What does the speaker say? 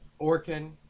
Orkin